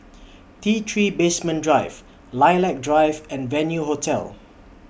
T three Basement Drive Lilac Drive and Venue Hotel